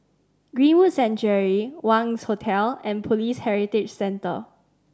Greenwood Sanctuary Wangz Hotel and Police Heritage Centre